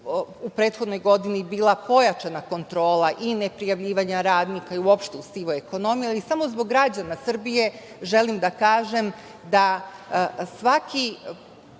u prethodnoj godini bila pojačana kontrola i ne prijavljivanja radnika, i uopšte u sivoj ekonomiji, ali samo zbog građana Srbije želim da kažem da svaki